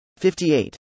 58